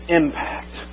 impact